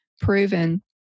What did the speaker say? proven